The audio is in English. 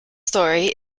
story